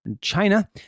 China